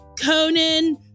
Conan